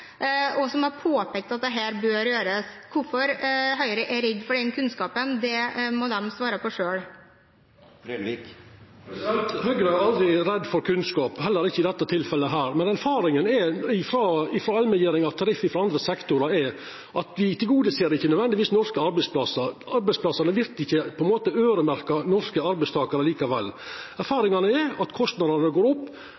og som har påpekt at dette bør gjøres. Hvorfor Høyre er redd for den kunnskapen, må de svare på selv. Høgre er aldri redd for kunnskap, heller ikkje i dette tilfellet. Men erfaringa med allmenngjering av tariff frå andre sektorar er at det ikkje nødvendigvis tilgodeser norske arbeidsplassar. Arbeidsplassane vert ikkje øyremerkte norske